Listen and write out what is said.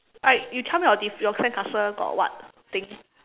alright you tell me your diff~ your sandcastle got what thing